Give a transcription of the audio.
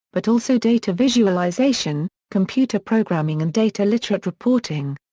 but also data visualization, computer programming and data-literate reporting.